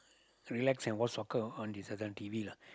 relax and watch soccer on this certain T_V lah